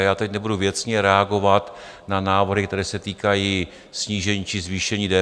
Já tady nebudu věcně reagovat na návrhy, které se týkají snížení či zvýšení DPH.